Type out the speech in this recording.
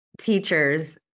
teachers